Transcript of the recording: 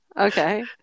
Okay